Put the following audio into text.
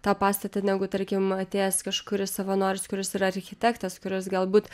tą pastatą negu tarkim atėjęs kažkuris savanoris kuris yra architektas kuris galbūt